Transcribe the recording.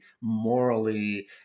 morally